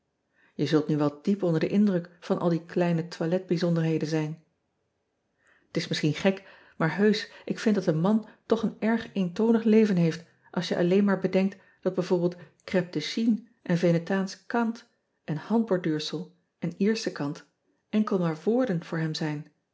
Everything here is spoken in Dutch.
e zult nu wel diep onder den indruk van al die kleine toiletbijzonderheden zijn t s misschien gek maar heusch ik vind dat een man toch een erg eentonig leven heeft als je alleen maar bedenkt dat b v crêpe de chine en enetaansche karat en handborduursel en ersche kant enkel maar woorden voor hem zijn